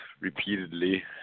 repeatedly